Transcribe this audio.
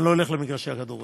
אני לא הולך למגרשי הכדורגל.